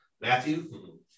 Matthew